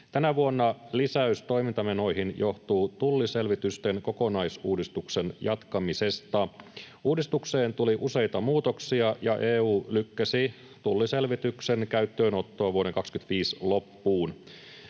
Tänä vuonna lisäys toimintamenoihin johtuu tulliselvitysten kokonaisuudistuksen jatkamisesta. Uudistukseen tuli useita muutoksia, ja EU lykkäsi tulliselvityksen käyttöönottoa vuoden 25 loppuun.